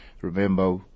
remember